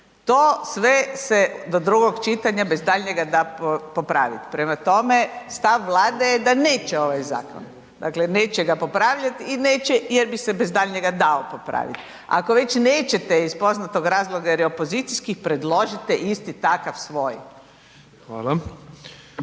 To sve se do drugog čitanja bez daljnjega da popraviti prema tome, stav Vlade je da neće ovaj zakon. Dakle neće ga popravljat i neće jer bi se bez daljnjega dao popravit. Ako već nećete iz poznatog razloga jer je opozicijski, predložite isti takav svoj.